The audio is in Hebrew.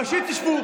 ראשית, תשבו.